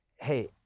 hey